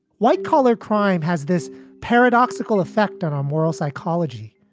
white collar crime has this paradoxical effect on our moral psychology,